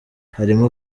harimo